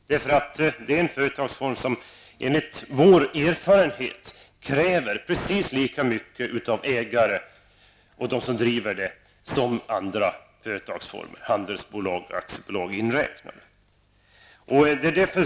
Det är en företagsform som enligt vår erfarenhet kräver precis lika mycket av sina ägare och dem som driver det som andra företagsformer, handelsbolag och aktiebolag inräknade.